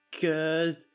good